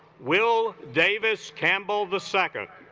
will davis campbell the second